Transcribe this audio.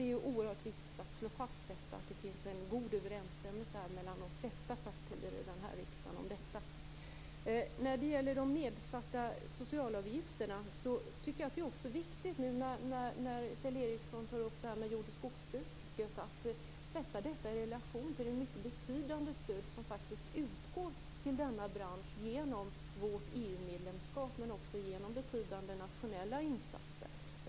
Det är oerhört viktigt att slå fast att det finns en god överensstämmelse mellan de flesta partier i denna riksdag om detta. Kjell Ericsson tar upp jord och skogsbruket. Det är viktigt att sätta de nedsatta socialavgifterna i relation till det mycket betydande stöd som faktiskt utgår till denna bransch genom vårt EU-medlemskap, men också genom betydande nationella insatser.